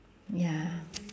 ya